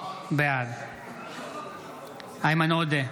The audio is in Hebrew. בעד איימן עודה,